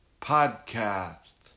podcast